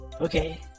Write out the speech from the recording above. Okay